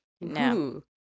No